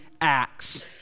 acts